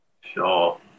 Sure